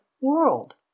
world